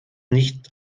nicht